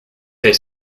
est